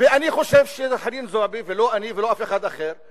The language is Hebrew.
ואני חושב שחנין זועבי, ולא אני ולא אף אחד אחר,